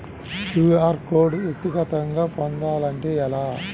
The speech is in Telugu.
క్యూ.అర్ కోడ్ వ్యక్తిగతంగా పొందాలంటే ఎలా?